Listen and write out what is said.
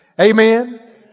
amen